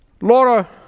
Laura